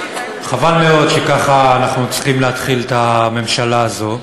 חבל מאוד שככה אנחנו צריכים להתחיל את הממשלה הזאת.